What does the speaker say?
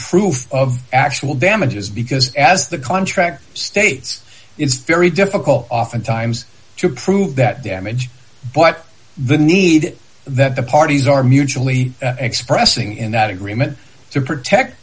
proof of actual damages because as the contract states it's very difficult oftentimes to prove that damage but the need that the parties are mutually expressing in that agreement to protect